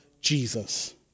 Jesus